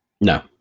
No